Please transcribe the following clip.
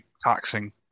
taxing